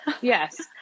Yes